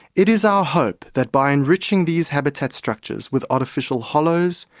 it is our hope that by enriching these habitat structures with artificial hollows,